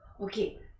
okay